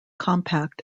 compact